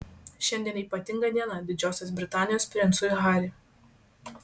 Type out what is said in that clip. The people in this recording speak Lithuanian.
šiandien ypatinga diena didžiosios britanijos princui harry